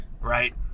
Right